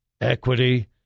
Equity